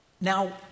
Now